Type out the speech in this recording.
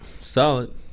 Solid